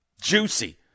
Juicy